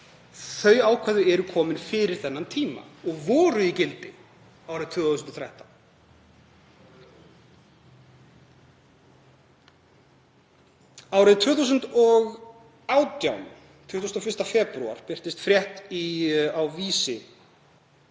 þau ákvæði voru komin fyrir þennan tíma og voru í gildi árið 2013. Árið 2018, 21. febrúar, birtist frétt á Vísi